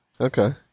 Okay